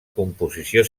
composició